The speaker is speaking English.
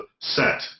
set